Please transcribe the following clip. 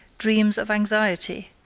dreams of anxiety,